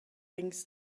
things